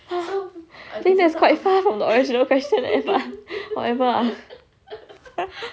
!huh! I think that's quite far from the original question eh but whatever ah